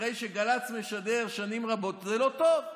אחרי שגל"צ משדר שנים רבות, זה לא טוב.